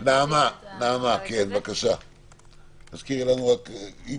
ולכן נדרשו הסברים